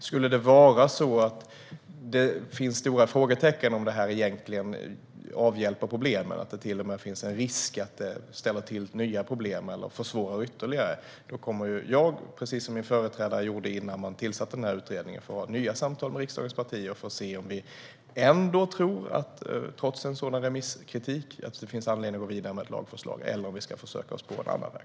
Skulle stora frågetecken finnas huruvida detta avhjälper problemet eller om det till och med finns en risk att det ställer till nya problem eller försvårar ytterligare kommer jag, precis som min företrädare gjorde innan han tillsatte utredningen, att föra nya samtal med riksdagens partier för att se om vi trots remisskritik ändå tror att det finns anledning att gå vidare med ett lagförslag eller om vi ska försöka oss på en annan väg.